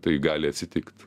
tai gali atsitikt